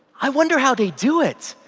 i wonder how they do it.